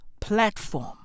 platform